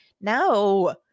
No